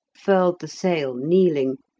furled the sail kneeling,